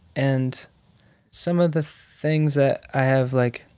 and some of the things that i have, like,